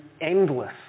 endless